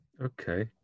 Okay